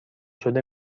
شده